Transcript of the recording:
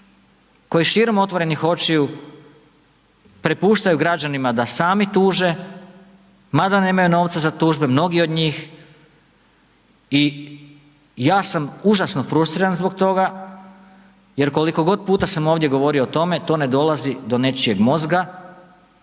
koji širom očiju prepuštaju građanima da sami tuže mada nemaju novca za tužbe, mnogi od njih i ja sam užasno frustriran zbog toga jer koliko god puta sam ovdje govorio o tome to ne dolazi do nečijeg mozga,